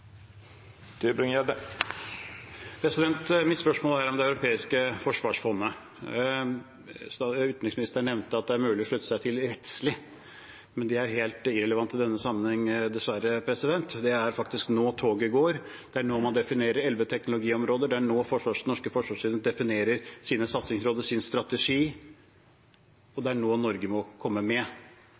EØS-midler. Mitt spørsmål er om det europeiske forsvarsfondet. Utenriksministeren nevnte at det er mulig å slutte seg til rettslig, men det er dessverre helt irrelevant i denne sammenheng. Det er faktisk nå toget går, det er nå man definerer elleve teknologiområder, det er nå den norske forsvarsindustrien definerer sine satsingsområder og sin strategi, og det er nå Norge må komme med.